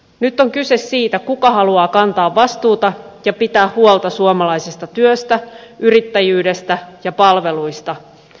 nyt on kyse siitä kuka haluaa kantaa vastuuta ja pitää huolta suomalaisesta työstä yrittäjyydestä ja palveluista